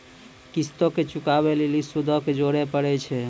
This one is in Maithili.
किश्तो के चुकाबै लेली सूदो के जोड़े परै छै